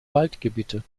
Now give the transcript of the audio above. waldgebiete